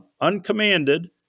uncommanded